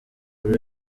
buri